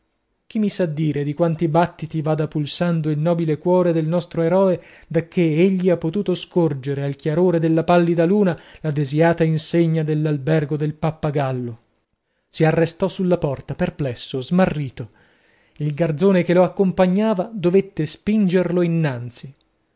chi mi sa dire di quanti battiti vada pulsando il nobile cuore del nostro eroe dacché egli ha potuto scorgere al chiarore della pallida luna la desiata insegna dello albergo del pappagallo si arrestò sulla porta perplesso smarrito il garzone che lo accompagnava dovette spingerlo innanzi